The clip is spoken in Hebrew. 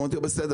אמרתי לו בסדר,